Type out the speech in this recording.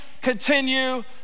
continue